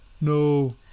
No